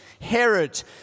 Herod